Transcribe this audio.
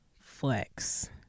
flex